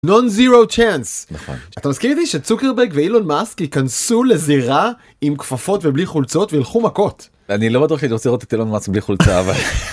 נון זירו צ'אנס. נכון. אתה מסכים איתי שצוקרברג ואילון מאסק יכנסו לזירה עם כפפות ובלי חולצות וילכו מכות? אני לא בטוח שאני רוצה לראות את אילון מאסק בלי חולצה אבל...